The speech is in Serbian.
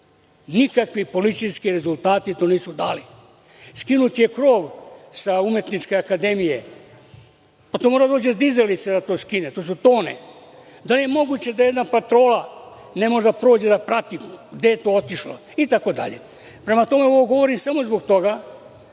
društvu. Nikakvi policijski rezultati to nisu dali. Skinut je krov sa Umetničke akademije. Za to mora dizalica da dođe da skine, to su tone. Da li je moguće da jedna patrola ne moće da prođe da prati gde je to otišlo? Prema tome, ovo govorim samo zbog toga